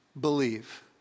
believe